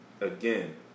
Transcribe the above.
again